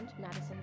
Madison